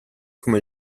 come